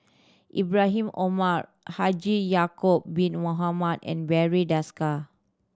Ibrahim Omar Haji Ya'acob Bin Mohamed and Barry Desker